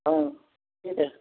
त्यही त